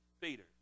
Peter